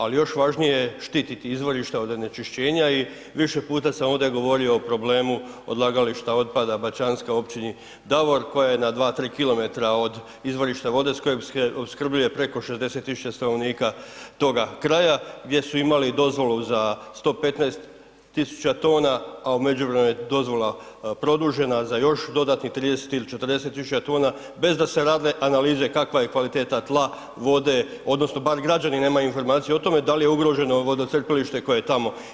Ali još važnije je štititi izvorišta od onečišćenja i više puta sam ovdje govorio o problemu odlagališta otpada BAćanska u Općini Davor koja je na dva, tri kilometra od izvorišta vode s kojom se opskrbljuje preko 60.000 stanovnika toga kraja, gdje su imali dozvolu za 115.000 tona, a u međuvremenu je dozvola produžena za još dodanih 30 ili 40.000 tona bez da su se radile analize kakva je kvaliteta tla, vode odnosno bar građani nemaju informacije o tome da li je ugroženo vodocrpilište koje je tamo.